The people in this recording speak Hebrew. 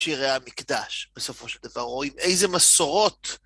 שירי המקדש, בסופו של דבר, רואים איזה מסורות.